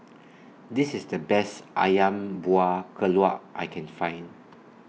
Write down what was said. This IS The Best Ayam Buah Keluak I Can Find